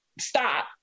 stop